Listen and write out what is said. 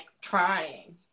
trying